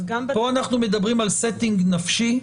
פה אנחנו מדברים על מצב נפשי,